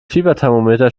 fieberthermometer